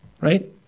Right